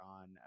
on